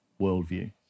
worldview